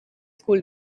school